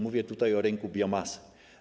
Mówię tutaj o rynku biomasy.